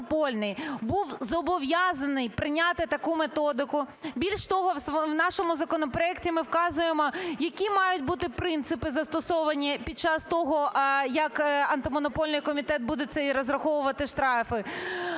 був зобов'язаний прийняти таку методику. Більше того, в нашому законопроекті ми вказуємо які мають бути принципи застосовані під час того, як Антимонопольний комітет буде це розраховувати штрафи.